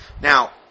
Now